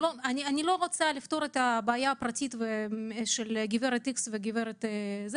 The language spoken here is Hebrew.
רוצה לפתור את הבעיה הפרטית של גברת א' וגברת ב',